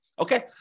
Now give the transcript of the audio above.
Okay